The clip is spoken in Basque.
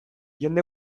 jende